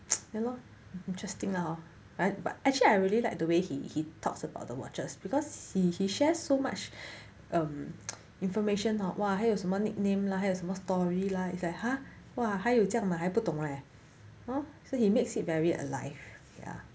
ya lor interesting lah but actually I really like the way he talks about the watches because he he shares so much um information on 哇还有什么 nickname lah 还有什么 story lah it's like !huh! !wah! 还有这样的还不懂 leh !huh! so he makes it very alive ya